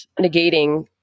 negating